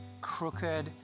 crooked